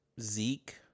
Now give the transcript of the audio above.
Zeke